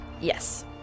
Yes